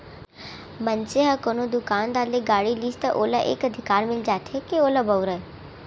मनसे ह कोनो दुकानदार ले गाड़ी लिस त ओला ए अधिकार मिल जाथे के ओला बउरय